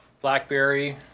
blackberry